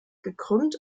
gekrümmt